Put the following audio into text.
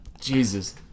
Jesus